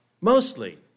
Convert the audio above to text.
Mostly